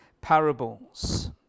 parables